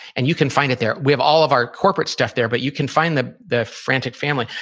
and you can find it there. we have all of our corporate stuff there, but you can find the the frantic family,